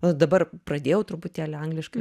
o dabar pradėjau truputėlį angliškai